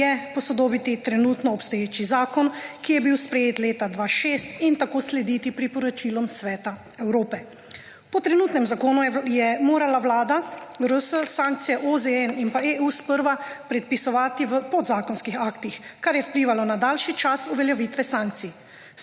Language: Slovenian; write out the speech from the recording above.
je posodobiti trenutno obstoječi zakon, ki je bil sprejet leta 2006, in tako slediti priporočilom Sveta Evrope. Po trenutnem zakonu je morala Vlada Republike Slovenije sankcije OZN in EU sprva predpisovati v podzakonskih aktih, kar je vplivalo na daljši čas uveljavitve sankcije.